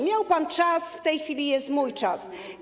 Miał pan czas, w tej chwili jest mój czas.